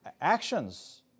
actions